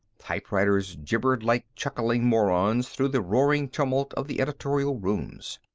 typewriters gibbered like chuckling morons through the roaring tumult of the editorial rooms.